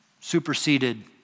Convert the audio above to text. superseded